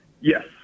Yes